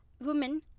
women